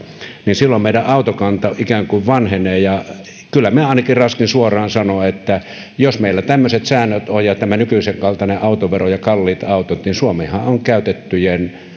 niin silloin meidän autokanta ikään kuin vanhenee kyllä minä ainakin raaskin suoraan sanoa että jos meillä tämmöiset säännöt on ja tämä nykyisen kaltainen autovero ja kalliit autot niin suomihan on käytettyjen